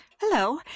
Hello